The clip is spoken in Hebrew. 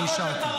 אני אישרתי.